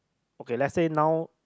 okay let's say now